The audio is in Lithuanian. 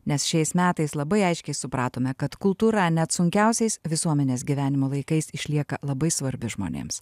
nes šiais metais labai aiškiai supratome kad kultūra net sunkiausiais visuomenės gyvenimo laikais išlieka labai svarbi žmonėms